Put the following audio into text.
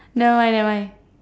never mind never mind